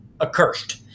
accursed